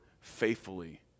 faithfully